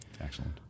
Excellent